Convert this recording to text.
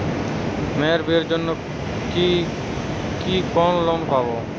মেয়ের বিয়ের জন্য কি কোন লোন পাব?